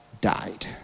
died